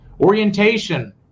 orientation